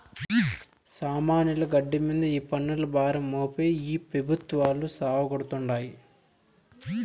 సామాన్యుల నడ్డి మింద ఈ పన్నుల భారం మోపి ఈ పెబుత్వాలు సావగొడతాండాయి